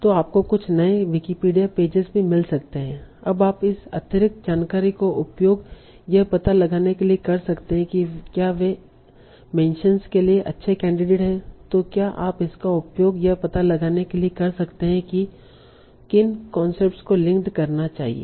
तो आपको कुछ नए विकिपीडिया पेजेज भी मिल रहे हैं अब आप इस अतिरिक्त जानकारी का उपयोग यह पता लगाने के लिए कर सकते हैं कि क्या वे मेंशनस के लिए अच्छे कैंडिडेट हैं तो क्या आप इसका उपयोग यह पता लगाने के लिए कर सकते है कि किन कॉन्सेप्ट्स को लिंक्ड करना चाहिए